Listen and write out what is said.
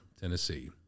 Tennessee